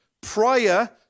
prior